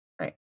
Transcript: Right